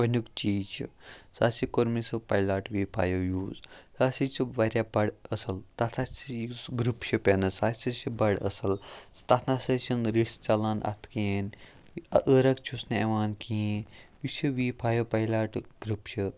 گۄڈٕنیُک چیٖز چھِ سُہ ہاسے کوٚر مےٚ سُہ پایلاٹ وی فایِو یوٗز سُہ ہاسے چھُ واریاہ بَڑٕ اَصٕل تَتھ ہاسے یُس گِرٛپ چھِ پٮ۪نَس آسہِ سُہ ہاسے چھِ بَڑٕ اَصٕل سُہ تَتھ نا سا چھِنہٕ رِس ژَلان اَتھ کِہیٖنۍ یہِ عٲرَق چھُس نہٕ یِوان کِہیٖنۍ یُس یہِ وی فایِو پایلاٹُک گِرٛپ چھِ